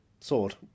sword